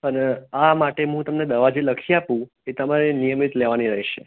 અને આ માટે તમને દવા જે હું લખી આપું એ નિયમિત લેવાની રહેશે